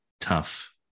tough